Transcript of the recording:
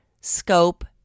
scope